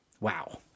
Wow